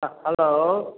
हाँ हेलो